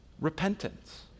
repentance